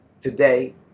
Today